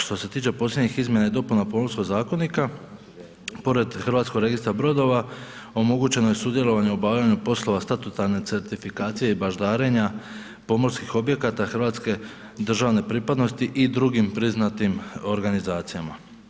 Što se tiče posljednjih izmjena i dopuna Pomorskog zakonika pored Hrvatskog registra brodova omogućeno je sudjelovanje u obavljanju poslova statutarne certifikacije i baždarenja pomorskih objekata hrvatske državne pripadnosti i drugim priznatim organizacijama.